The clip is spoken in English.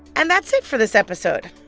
and that's it for this episode.